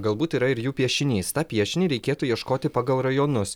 galbūt yra ir jų piešinys tą piešinį reikėtų ieškoti pagal rajonus